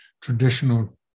traditional